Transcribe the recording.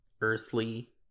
earthly